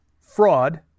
fraud